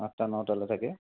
আঠটা নটালে থাকে